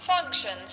functions